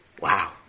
Wow